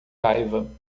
raiva